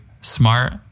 smart